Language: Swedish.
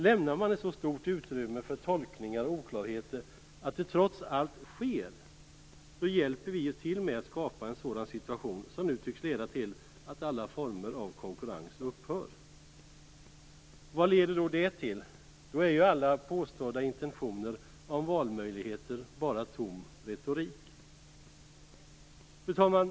Lämnar man ett så stort utrymme för tolkningar och oklarheter att det trots allt sker, hjälper vi ju till med att skapa en sådan situation som nu tycks leda till att alla former av konkurrens upphör. Vad leder då det till? Då är ju alla påstådda intentioner om valmöjligheter bara tom retorik. Fru talman!